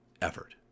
effort